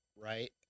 Right